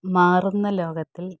മാറുന്ന ലോകത്തിൽ